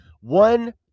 One